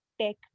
tech